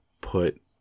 put